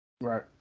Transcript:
Right